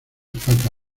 faca